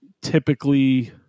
typically